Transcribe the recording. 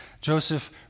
Joseph